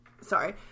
Sorry